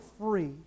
free